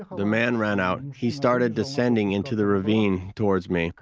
the man ran out, and he started descending into the ravine towards me.